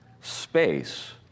space